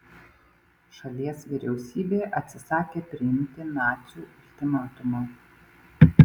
šalies vyriausybė atsisakė priimti nacių ultimatumą